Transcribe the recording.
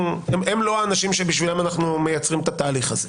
הפלילית והם לא האנשים שבשבילם אנו מייצרים את התהליך הזה.